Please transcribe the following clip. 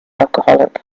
alcoholic